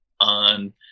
on